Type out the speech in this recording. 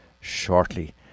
shortly